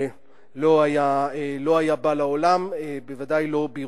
לא היה בא לעולם, בוודאי לא בירושלים.